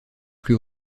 plus